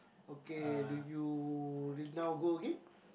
okay do you will now go again